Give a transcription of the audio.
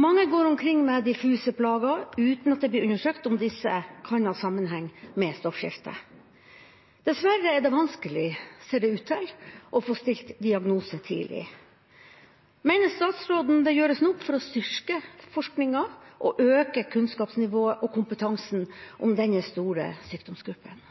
Mange går omkring med diffuse plager uten at det blir undersøkt om disse plagene kan ha sammenheng med stoffskiftet. Dessverre er det vanskelig å få stilt en diagnose tidlig. Mener statsråden det gjøres nok for å styrke forskningen og øke kunnskapsnivået og kompetansen om denne store sykdomsgruppen?»